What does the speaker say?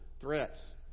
threats